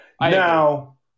Now